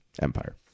Empire